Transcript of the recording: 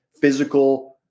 physical